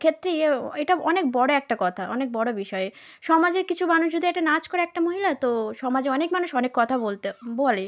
ক্ষেত্রে এটা অনেক বড় একটা কথা অনেক বড় বিষয় সমাজের কিছু মানুষ যদি একটা নাচ করে একটা মহিলা তো সমাজে অনেক মানুষ অনেক কথা বলতে বলে